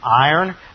iron